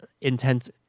intense